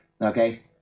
Okay